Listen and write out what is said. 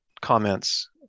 comments